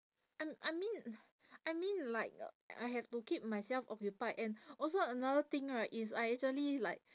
I I mean I mean like uh I have to keep myself occupied and also another thing right is I actually like